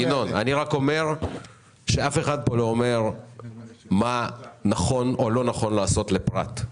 אני רק אומר שאף אחד כאן לא אומר מה נכון או לא נכון לעשות לפרט.